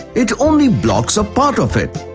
it only blocks a part of it.